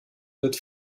wird